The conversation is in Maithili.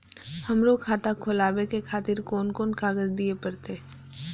हमरो खाता खोलाबे के खातिर कोन कोन कागज दीये परतें?